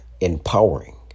empowering